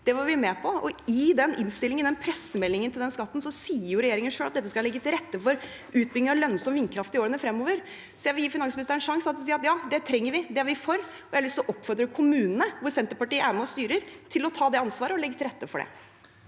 Det var vi med på. I den proposisjonen og i den pressemeldingen om den skatten sier jo regjeringen selv at dette skal legge til rette for utbygging av lønnsom vindkraft i årene fremover. Så jeg vil gi finansministeren en sjanse til å si at ja, det trenger vi – at de er for det, og at han har lyst til å oppfordre kommunene, hvor Senterpartiet er med og styrer, til å ta det ansvaret og legge til rette for det.